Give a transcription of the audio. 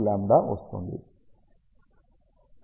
067λ వస్తుంది